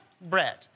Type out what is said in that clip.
bread